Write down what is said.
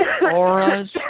auras